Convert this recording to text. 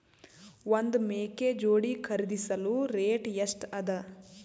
ಒಂದ್ ಮೇಕೆ ಜೋಡಿ ಖರಿದಿಸಲು ರೇಟ್ ಎಷ್ಟ ಅದ?